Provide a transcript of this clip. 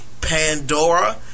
Pandora